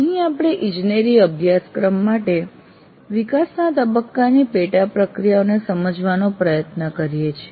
અહીં આપણે ઇજનેરી અભ્યાસક્રમ માટે વિકાસના તબક્કાની પેટા પ્રક્રિયાઓને સમજવાનો પ્રયત્ન કરીએ છીએ